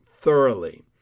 thoroughly